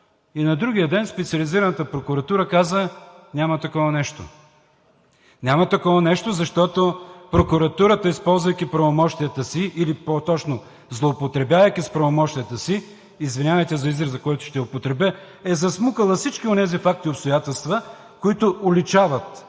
и на другия ден Специализираната прокуратура каза: „Няма такова нещо!“ Няма такова нещо, защото прокуратурата, използвайки правомощията си, или по-точно, злоупотребявайки с правомощията си – извинявайте за израза, който ще употребя, е засмукала всички онези факти и обстоятелства, които уличават